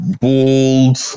Bald